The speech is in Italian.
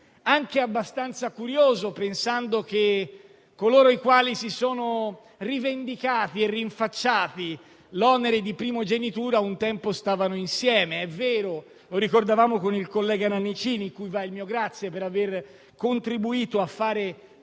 anche abbastanza curioso, pensando che coloro i quali hanno rivendicato e si sono rinfacciati l'onere della primogenitura un tempo stavano insieme. Lo ricordavamo con il collega Nannicini, a cui va il mio ringraziamento per aver contribuito a fare